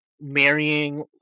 marrying